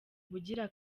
ubugira